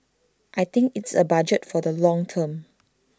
I think it's A budget for the long term